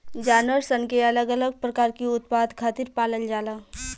जानवर सन के अलग अलग प्रकार के उत्पाद खातिर पालल जाला